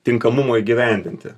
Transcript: tinkamumo įgyvendinti